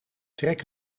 trek